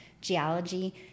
geology